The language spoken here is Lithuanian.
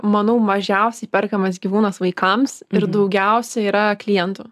manau mažiausiai perkamas gyvūnas vaikams ir daugiausia yra klientų